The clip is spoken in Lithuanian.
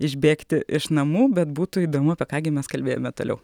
išbėgti iš namų bet būtų įdomu apie ką gi mes kalbėjome toliau